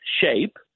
shape